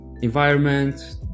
environment